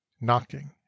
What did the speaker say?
knocking